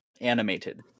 Animated